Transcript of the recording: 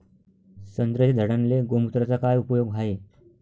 संत्र्याच्या झाडांले गोमूत्राचा काय उपयोग हाये?